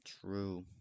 True